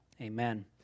Amen